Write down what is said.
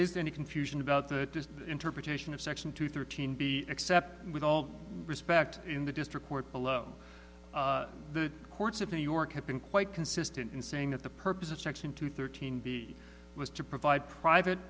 is any confusion about the interpretation of section two thirteen b except with all due respect in the district court below the courts of new york have been quite consistent in saying that the purpose of section two thirteen b was to provide private